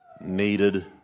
needed